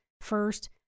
first